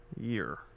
year